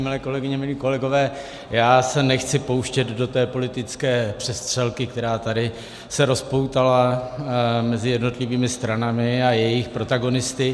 Milé kolegyně, milí kolegové, nechci se pouštět do politické přestřelky, která se tady rozpoutala mezi jednotlivými stranami a jejich protagonisty.